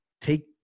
take